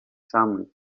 samych